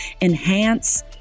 enhance